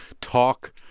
talk